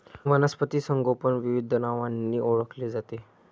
वनस्पती संगोपन विविध नावांनी ओळखले जाते